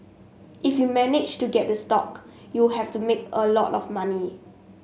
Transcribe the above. if you managed to get the stock you have to made a lot of money